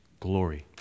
glory